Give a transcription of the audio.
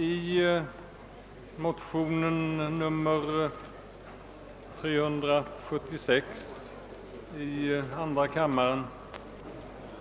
I motion II:376